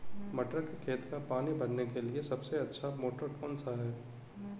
मटर के खेत में पानी भरने के लिए सबसे अच्छा मोटर कौन सा है?